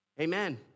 amen